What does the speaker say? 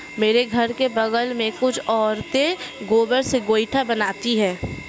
मेरे घर के बगल में कुछ औरतें गोबर से गोइठा बनाती है